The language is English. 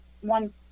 one